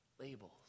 labels